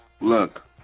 look